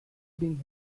being